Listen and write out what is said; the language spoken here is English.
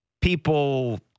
people